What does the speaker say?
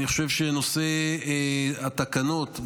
אני חושב שנושא התקנות,